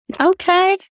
Okay